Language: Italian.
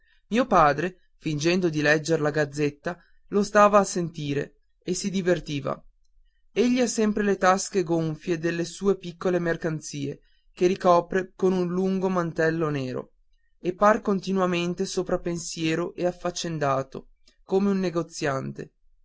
mio padre fingendo di legger la gazzetta lo stava a sentire e si divertiva egli ha sempre le tasche gonfie delle sue piccole mercanzie che ricopre con un lungo mantello nero e par continuamente sopra pensiero e affaccendato come un negoziante